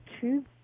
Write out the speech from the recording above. two